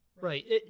right